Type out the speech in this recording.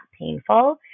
painful